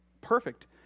Perfect